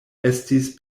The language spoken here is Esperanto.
estis